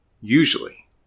usually